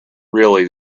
really